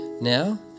now